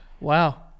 Wow